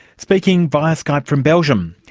speaking via skype from belgium,